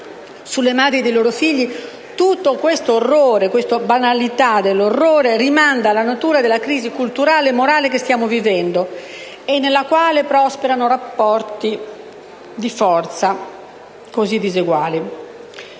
sulle madri dei loro figli, tutto questo orrore rimanda alla natura della crisi culturale e morale che stiamo vivendo nella quale prosperano rapporti di forza disuguali.